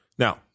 Now